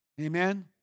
Amen